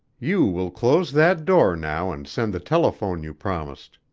you will close that door now and send the telephone you promised.